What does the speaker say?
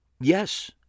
Yes